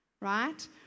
right